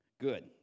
Good